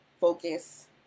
focus